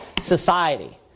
society